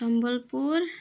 Sambalpur